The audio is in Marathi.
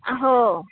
हो